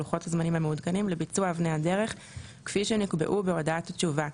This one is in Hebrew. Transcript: לוחות הזמנים המעודכנים לביצוע אבני הדרך כפי שנקבעו בהודעת התשובה,